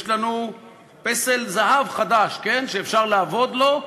יש לנו פסל זהב חדש שאפשר לעבוד לו,